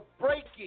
breaking